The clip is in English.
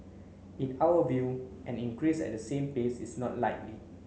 in our view an increase at the same pace is not likely